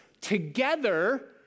together